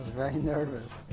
very nervous.